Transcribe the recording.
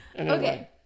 Okay